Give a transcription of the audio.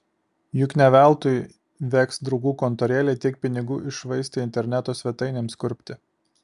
juk ne veltui veks draugų kontorėlė tiek pinigų iššvaistė interneto svetainėms kurpti